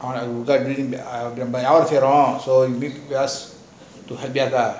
so we just to help them lah